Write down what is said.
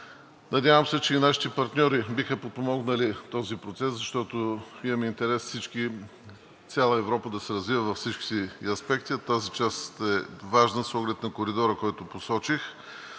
Надявам се, че и нашите партньори биха подпомогнали този процес, защото имаме интерес всички, цяла Европа да се развива във всичките си аспекти, а тази част е важна с оглед на коридора, който посочих.